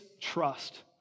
trust